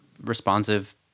responsive